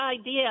idea